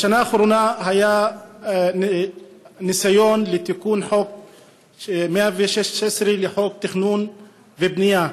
בשנה האחרונה היה ניסיון לחוקק תיקון מס' 116 לחוק התכנון והבנייה.